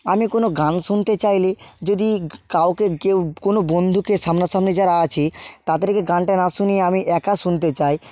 আমি কোনো গান শুনতে চাইলে যদি কাউকে কেউ কোনো বন্ধুকে সামনাসামনি যারা আছে তাদেরকে গানটা না শুনিয়ে আমি একা শুনতে চাই